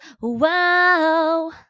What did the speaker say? Wow